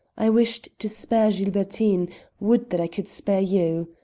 i wished to spare gilbertine would that i could spare you.